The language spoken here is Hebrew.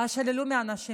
ואז שללו מאנשים.